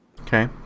Okay